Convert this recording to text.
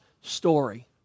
story